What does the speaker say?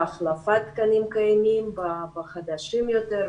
בהחלפת תקנים קיימים בחדשים יותר,